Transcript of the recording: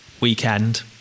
weekend